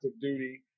duty